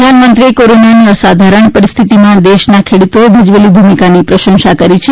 પ્રધાનમંત્રીએ કોરોનાની અસાધારણ પરિસ્થિતિમાં દેશના ખેડૂતોએ ભજવેલી ભૂમિકાની પ્રશંસા કરી છે